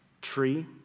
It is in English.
tree